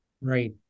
Right